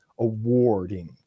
awarding